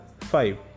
five